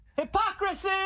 Hypocrisy